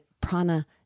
prana